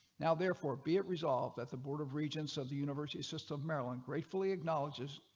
now, therefore be it resolved at the board of regents of the university system maryland gratefully acknowledges.